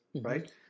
right